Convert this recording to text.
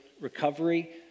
recovery